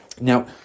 Now